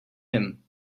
him